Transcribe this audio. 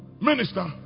minister